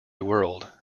world